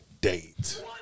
date